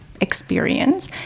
experience